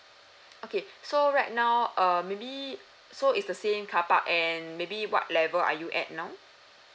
okay so right now err maybe so it's the same carpark and maybe what level are you at now